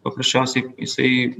paprasčiausiai jisai